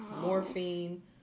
morphine